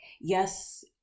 yes